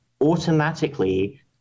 automatically